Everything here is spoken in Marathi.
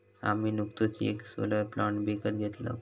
आम्ही नुकतोच येक सोलर प्लांट विकत घेतलव